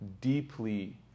deeply